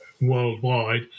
worldwide